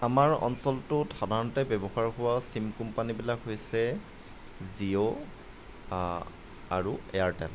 আমাৰ অঞ্চলটোত সাধাৰণতে ব্যৱহাৰ হোৱা চিম কোম্পানীবিলাক হৈছে জিঅ আৰু এয়াৰটেল